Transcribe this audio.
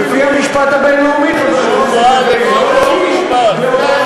לפי המשפט הבין-לאומי, חבר הכנסת ריבלין.